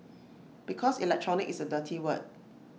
because electronic is A dirty word